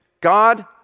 God